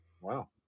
Wow